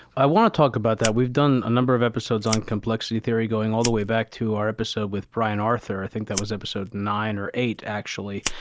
i want to talk about that. we've done a number of episodes on complexity theory, going all the way back to our episode with brian arthur. i think that was nine, or eight actually.